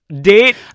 date